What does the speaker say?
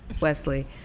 Wesley